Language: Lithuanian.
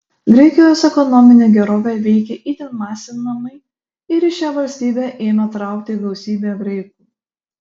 graikijos ekonominė gerovė veikė itin masinamai ir į šią valstybę ėmė traukti gausybė graikų